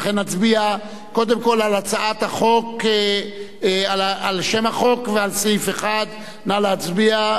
לכן נצביע קודם על שם החוק ועל סעיף 1. נא להצביע,